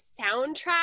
soundtrack